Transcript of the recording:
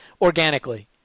organically